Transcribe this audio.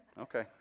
okay